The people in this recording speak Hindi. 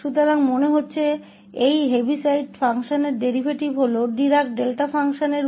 तो ऐसा लगता है कि इस हेविसाइड फ़ंक्शन का डेरीवेटिव इस निष्कर्ष से डिराक डेल्टा फ़ंक्शन है